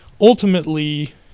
ultimately